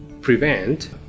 prevent